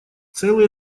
целый